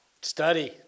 study